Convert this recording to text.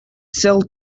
sell